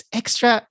extra